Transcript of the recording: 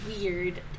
Weird